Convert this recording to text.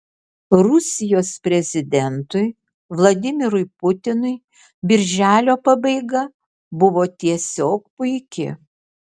rusijos prezidentui vladimirui putinui birželio pabaiga buvo tiesiog puiki